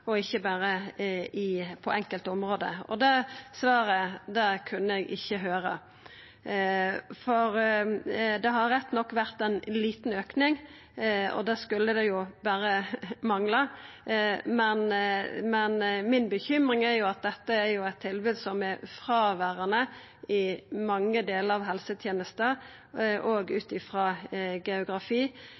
og ikkje berre på enkelte område. Det svaret kunne eg ikkje høyra. Det har rett nok vore ein liten auke, og det skulle berre mangla, men mi uro er at dette er eit tilbod som er fråverande i mange delar av helsetenesta, òg sett ut frå geografi. Ein er avhengig av lokale eldsjeler, at det er system og